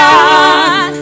God